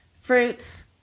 fruits